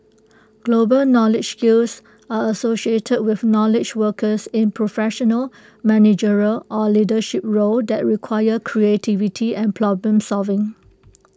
global knowledge skills are associated with knowledge workers in professional managerial or leadership roles that require creativity and problem solving